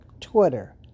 Twitter